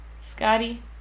Scotty